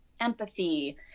empathy